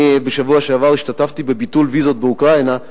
בשבוע שעבר השתתפתי בביטול ויזות באוקראינה,